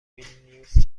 ویلنیوس